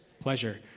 Pleasure